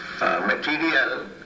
material